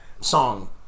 song